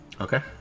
Okay